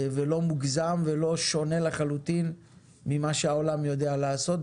ולא מוגזם ולא שונה לחלוטין ממה שהעולם יודע לעשות,